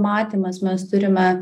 matymas mes turime